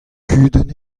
kudenn